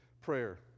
prayer